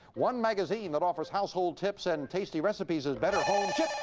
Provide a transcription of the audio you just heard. one magazine that offers household tips and tasty recipes as better homes. chip?